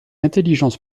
intelligence